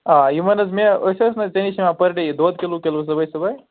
آ یہِ وَن حظ مےٚ أسۍ ٲسۍ نا ژےٚ نِش نِوان پٔر ڈے یہِ دۄد کِلوٗ کِلوٗ صُبحٲے صُبحٲے